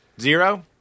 Zero